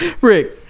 Rick